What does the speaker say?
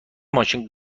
ماشین